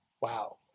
wow